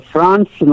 France